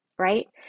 right